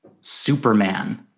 Superman